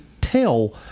tell